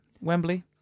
Wembley